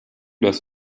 das